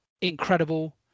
incredible